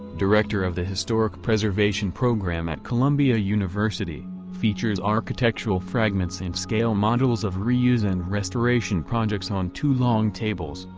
director of the historic preservation program at columbia university, features architectural fragments and scale models of reuse and restoration projects on two long tables,